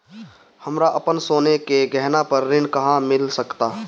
हमरा अपन सोने के गहना पर ऋण कहां मिल सकता?